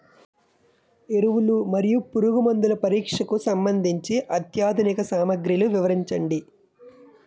ఎరువులు మరియు పురుగుమందుల పరీక్షకు సంబంధించి అత్యాధునిక సామగ్రిలు వివరించండి?